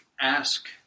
ask